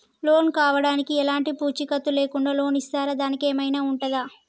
Loan కావడానికి ఎలాంటి పూచీకత్తు లేకుండా లోన్ ఇస్తారా దానికి ఏమైనా ఉంటుందా?